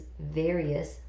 various